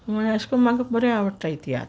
म्हुळ्यार अेश कोन्न म्हाक बोरे आवडटाय तियात्र